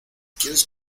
quieres